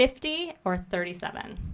fifty or thirty seven